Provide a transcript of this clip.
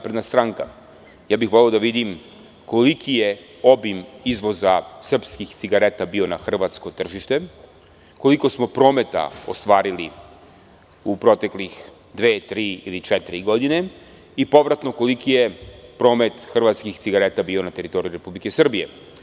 Voleo bih da vidim koliki je obim izvoza srpskih cigareta bio na hrvatsko tržište, koliko smo prometa ostvarili u proteklih dve, tri ili četiri godine i povratno, koliki je promet hrvatskih cigareta bio na teritoriji Republike Srbije.